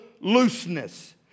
looseness